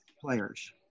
players